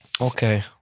Okay